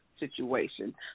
situation